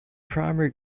primary